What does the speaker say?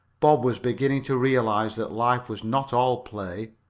bob was beginning to realize that life was not all play.